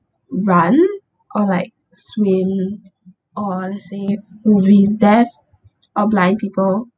run or like swim or let's say who is deaf or blind people